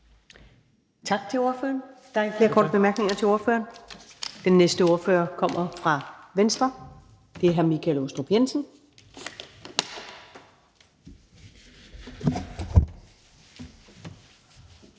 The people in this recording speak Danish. Tak til ordføreren. Der er ikke flere korte bemærkninger til ordføreren. Den næste ordfører kommer fra Venstre, og det er hr. Michael Aastrup Jensen.